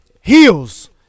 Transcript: Heels